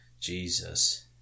Jesus